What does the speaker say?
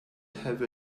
have